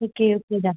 okay okay